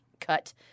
cut